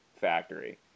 factory